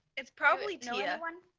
it's probably so yeah i'm